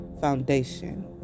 foundation